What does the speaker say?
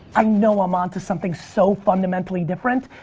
i know i'm onto something so fundamentally different,